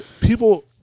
people